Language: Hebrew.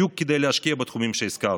בדיוק כדי להשקיע בתחומים שהזכרתי,